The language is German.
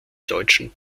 deutschen